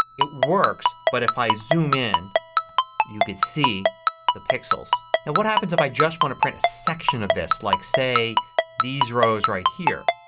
it works. but if i zoom in you could see the pixels. now what happens if i just want to print a section of this like say these rows right here.